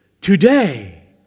Today